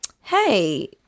Hey